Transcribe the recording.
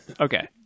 Okay